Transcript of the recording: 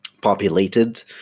populated